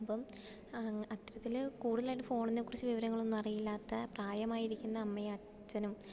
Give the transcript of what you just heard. അപ്പം അത്തരത്തിൽ കൂടുതലായിട്ട് ഫോണിനെ കുറിച്ച് വിവരങ്ങളൊന്നും അറിയില്ലാത്ത പ്രായമായിരിക്കുന്ന അമ്മയും അച്ഛനും